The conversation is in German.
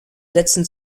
setzen